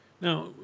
Now